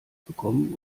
bekommen